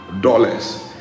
dollars